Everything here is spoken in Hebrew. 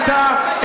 זאת הייתה,